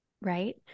right